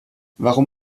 warum